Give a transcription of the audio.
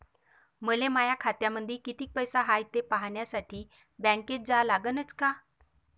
मले माया खात्यामंदी कितीक पैसा हाय थे पायन्यासाठी बँकेत जा लागनच का?